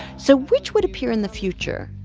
so which would appear in the future,